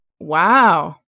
Wow